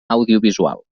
audiovisual